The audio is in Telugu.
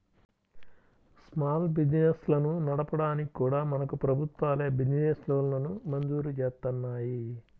స్మాల్ బిజినెస్లను నడపడానికి కూడా మనకు ప్రభుత్వాలే బిజినెస్ లోన్లను మంజూరు జేత్తన్నాయి